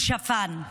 הוא שפן.